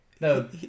No